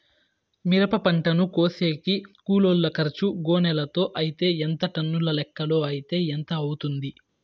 మిరప పంటను కోసేకి కూలోల్ల ఖర్చు గోనెలతో అయితే ఎంత టన్నుల లెక్కలో అయితే ఎంత అవుతుంది?